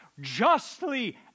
justly